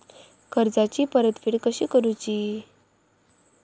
कर्जाची परतफेड कशी करुची?